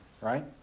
right